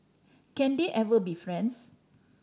can they ever be friends